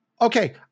Okay